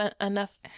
enough